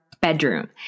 Bedroom